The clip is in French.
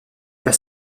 pas